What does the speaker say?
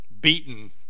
beaten